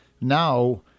now